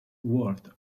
award